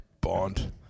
Bond